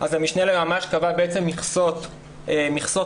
המשנה ליועמ"ש קבע בעצם מכסות מינימום.